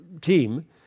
team